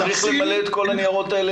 --- הוא צריך למלא את כל הניירות האלה,